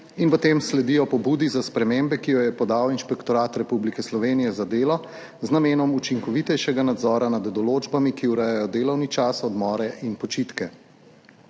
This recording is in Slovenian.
in v tem sledijo pobudi za spremembe, ki jo je podal Inšpektorat Republike Slovenije za delo z namenom učinkovitejšega nadzora nad določbami, ki urejajo delovni čas, odmore in počitke.